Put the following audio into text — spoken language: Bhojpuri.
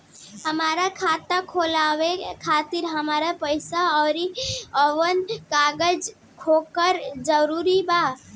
हमार खाता खोलवावे खातिर हमरा पास कऊन कऊन कागज होखल जरूरी बा?